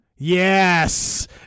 Yes